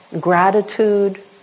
gratitude